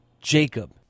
Jacob